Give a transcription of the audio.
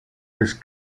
vez